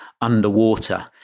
underwater